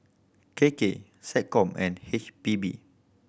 K K SecCom and H P B